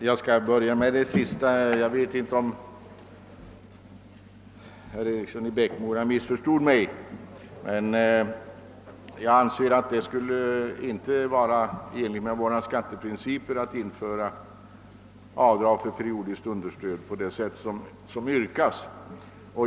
Herr talman! Jag vet inte om herr Eriksson i Bäckmora missförstod mig, men jag vill påpeka att det inte skulle vara i enlighet med våra skatteprinciper att införa ett sådant avdrag för periodiskt understöd som har föreslagits.